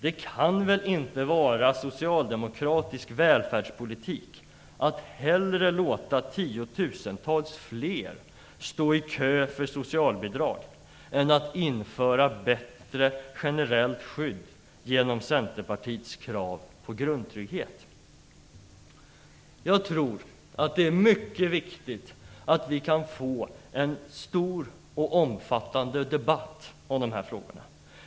Det kan väl inte vara socialdemokratisk välfärdspolitik att hellre låta tiotusentals fler stå i kö för socialbidrag än att införa bättre generellt skydd genom Centerpartiets krav på grundtrygghet? Jag tror att det är mycket viktigt att vi kan få en stor och omfattande debatt om de här frågorna.